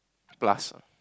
plus ah